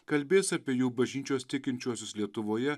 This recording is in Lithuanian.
kalbės apie jų bažnyčios tikinčiuosius lietuvoje